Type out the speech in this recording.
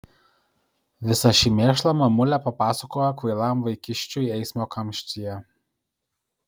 visą šį mėšlą mamulė papasakojo kvailam vaikiščiui eismo kamštyje